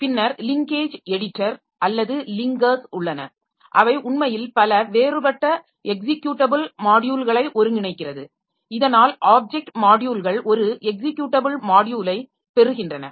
பின்னர் linkage editor அல்லது linkers உள்ளன அவை உண்மையில் பல வேறுபட்ட எக்ஸிக்யூடபிள் மாட்யூல்களை ஒருங்கிணைக்கிறது இதனால் ஆப்ஜெக்ட் மாட்யூல்கள் ஒரு எக்ஸிக்யூடபிள் மாட்யூலை பெறுகின்றன